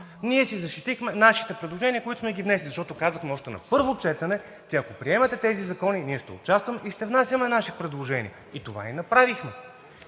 Ние си защитихме нашите предложения, които сме внесли, защото казахме още на първо четене, че ако приемете тези закони, ние ще участваме и ще внасяме наши предложения – това и направихме.